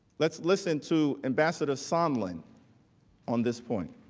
let's listen to ambassador sondland on this point.